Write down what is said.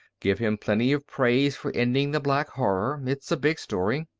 give him plenty of praise for ending the black horror. it's a big story.